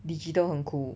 digital 很 cool